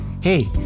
hey